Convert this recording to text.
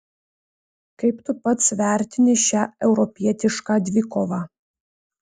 kaip tu pats vertini šią europietišką dvikovą